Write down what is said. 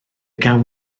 gawn